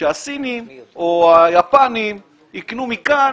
שהסינים או היפנים יקנו מכאן